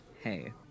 Hey